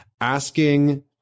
asking